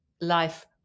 life